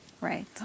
right